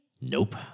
Nope